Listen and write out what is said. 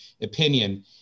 opinion